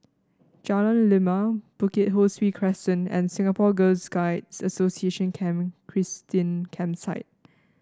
Jalan Lima Bukit Ho Swee Crescent and Singapore Girl's Guide Association Camp Christine Campsite